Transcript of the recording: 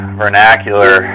vernacular